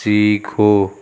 सीखो